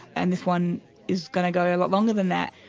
and this one is going to go a lot longer than that,